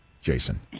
Jason